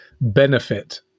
benefit